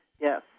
Yes